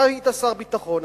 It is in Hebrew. אתה היית שר ביטחון,